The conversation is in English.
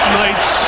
nights